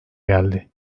geldi